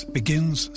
begins